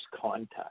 contact